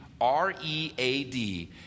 R-E-A-D